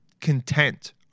content